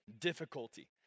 difficulty